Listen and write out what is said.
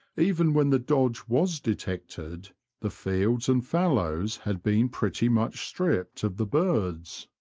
even when the dodge was detected the fields and fallows had been pretty much stripped of the birds.